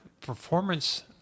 performance